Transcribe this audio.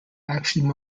actually